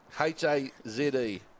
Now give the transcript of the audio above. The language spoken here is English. H-A-Z-E